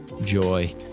joy